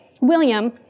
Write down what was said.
William